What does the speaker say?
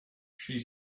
she